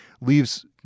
leaves